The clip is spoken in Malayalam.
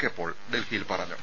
കെ പോൾ ഡൽഹിയിൽ പറഞ്ഞു